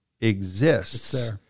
exists